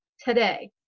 today